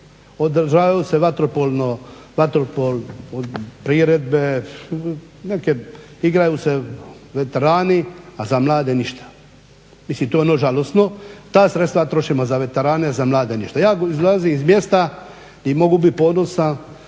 održavaju se vaterpolo priredbe, neke, igraju se veterani, a za mlade ništa. Mislim, to je ono žalosno, ta sredstva trošimo za veterane, a za mlade ništa. Ja dolazim iz mjesta gdje mogu bit ponosan